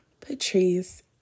Patrice